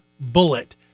bullet